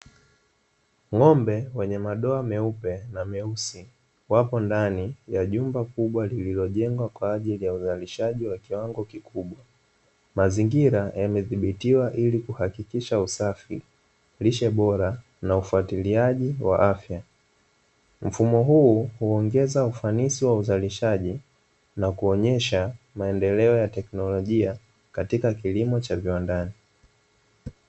Ng'ombe wenye madoa meupe na meusi, wapo ndani ya jumba kubwa lililojengwa kwa ajili ya uzalishaji wa kiwango kikubwa. Mazingira yamedhibitiwa ili kuhakikisha usafi, lishe bora na ufuatiliaji wa afya. Mfumo huu huongeza ufanisi wa uzalishaji, na kuonyesha maendeleo ya teknolojia, katika kilimo cha viwandani.